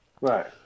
Right